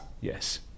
Yes